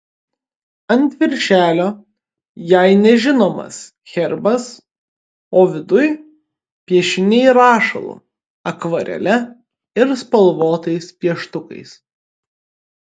ant viršelio jai nežinomas herbas o viduj piešiniai rašalu akvarele ir spalvotais pieštukais